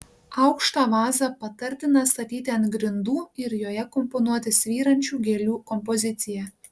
aukštą vazą patartina statyti ant grindų ir joje komponuoti svyrančių gėlių kompoziciją